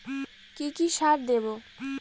কি কি সার দেবো?